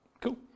Cool